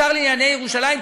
השר לענייני ירושלים,